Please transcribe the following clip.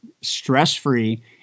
stress-free